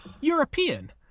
European